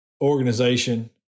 organization